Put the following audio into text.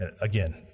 Again